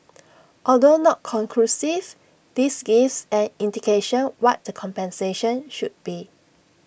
although not conclusive this gives an indication what the compensation should be